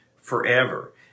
forever